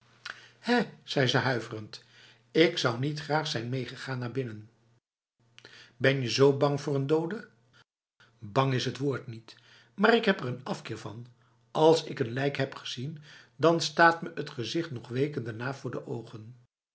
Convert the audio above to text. zei ze huiverend ik zou niet graag zijn meegegaan naar binnenj ben je z bang voor n dode bang is het woord niet maar ik heb er een afkeer van als ik een lijk heb gezien dan staat me het gezicht nog weken daarna voor de ogen